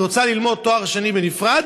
רוצה ללמוד תואר שני בנפרד,